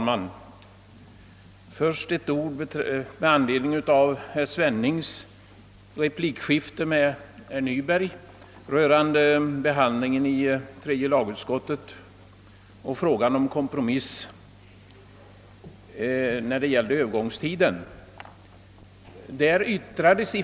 Herr talman! Jag vill först säga några ord med anledning av herr Sven utskottet och frågan om en kompromiss beträffande övergångstiden.